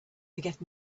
forget